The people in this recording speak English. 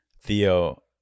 theo